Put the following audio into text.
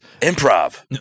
Improv